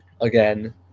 Again